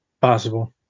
Possible